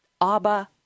ABBA